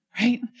right